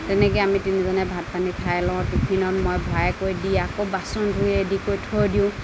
তেনেকে আমি তিনিজনে ভাত পানী খাই লওঁ টিফিনত মই ভৰাই কৰি দি আকৌ বাচন ধুই ৰেডি কৰি থৈ দিওঁ